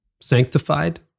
sanctified